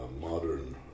modern